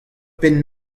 penn